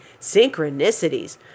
synchronicities